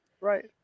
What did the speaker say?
right